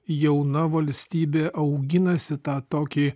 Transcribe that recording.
jauna valstybė auginasi tą tokį